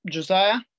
Josiah